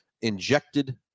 injected